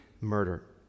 murder